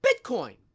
Bitcoin